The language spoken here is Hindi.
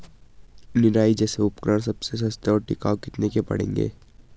निराई जैसे उपकरण सबसे सस्ते और टिकाऊ कितने के पड़ेंगे?